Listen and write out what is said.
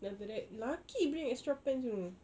then after that lucky he bring extra pants you know